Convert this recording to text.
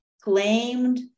claimed